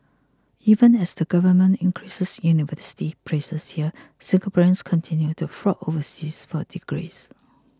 even as the Government increases university places here Singaporeans continue to flock overseas for degrees